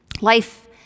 Life